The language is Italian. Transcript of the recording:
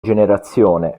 generazione